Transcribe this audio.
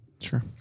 Sure